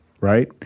right